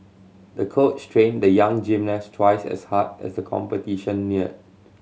the coach trained the young gymnast twice as hard as the competition neared